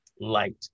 light